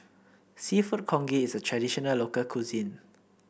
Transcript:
seafood Congee is a traditional local cuisine